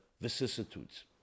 vicissitudes